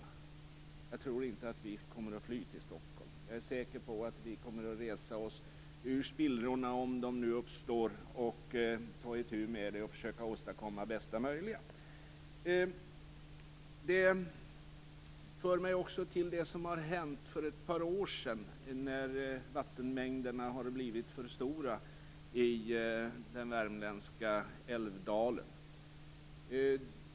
Jag tror inte att vi värmlänningar kommer att fly till Stockholm. Jag är säker på att vi kommer att resa oss ur spillrorna, om de nu uppstår. Vi kommer att ta itu med situationen och försöka åstadkomma bästa möjliga i Värmland. Det för mig också till det som hände för ett par år sedan, när vattenmängderna blev för stora i den värmländska älvdalen.